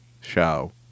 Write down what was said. show